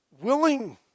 willing